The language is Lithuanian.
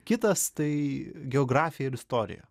kitas tai geografija ir istorija